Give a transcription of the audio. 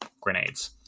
grenades